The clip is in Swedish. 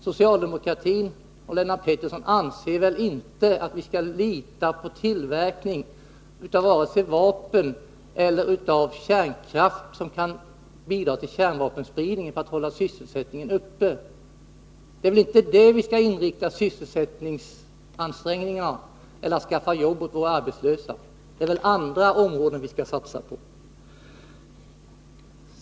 Socialdemokratin och Lennart Pettersson anser väl inte att vi skall lita på tillverkningen av vare sig vapen eller kärnkraft, som kan bidra till kärnvapenspridning, för att hålla sysselsättningen uppe? Det är inte på det området som vi skall inrikta ansträngningarna att skaffa jobb åt våra arbetslösa. Det är andra områden vi skall satsa på.